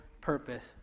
purpose